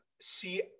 See